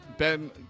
Ben